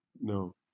No